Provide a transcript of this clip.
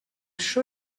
show